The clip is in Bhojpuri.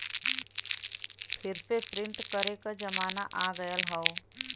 फिर से प्रिंट करे क जमाना आ गयल हौ